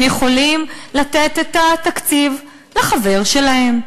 הם יכולים לתת את התקציב לחבר שלהם,